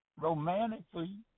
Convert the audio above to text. romantically